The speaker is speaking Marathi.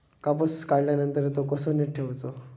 कापूस काढल्यानंतर तो कसो नीट ठेवूचो?